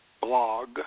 blog